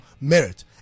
merit